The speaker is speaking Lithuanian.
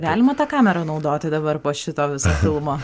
galima tą kamerą naudoti dabar po šito viso filmo